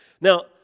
Now